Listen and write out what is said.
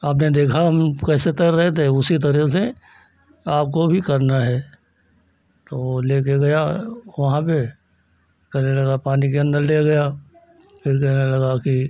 आपने देखा हम कैसे तैर रहे थे उसी तरह से आपको भी करना है तो ओ लेकर गया वहाँ पर कहने लगा पानी के अंदर ले गया फ़िर कहने लगा कि